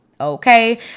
Okay